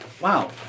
wow